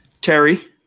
Terry